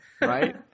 right